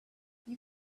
you